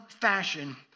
fashion